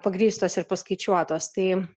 pagrįstos ir paskaičiuotos tai